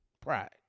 pride